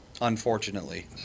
unfortunately